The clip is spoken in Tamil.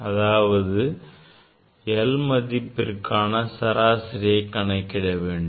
அதாவது l மதிப்பிற்கு சராசரியை கணக்கிட வேண்டும்